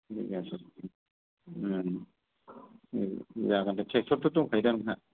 बिगा हिसाब जागोन ट्रेक्टरथ' दंखायो दा नोंहा